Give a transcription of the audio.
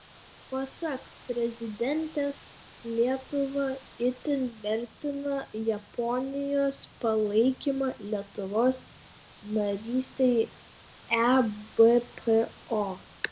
pasak prezidentės lietuva itin vertina japonijos palaikymą lietuvos narystei ebpo